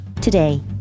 Today